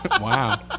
Wow